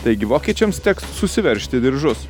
taigi vokiečiams teks susiveržti diržus